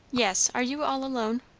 yes. are you all alone?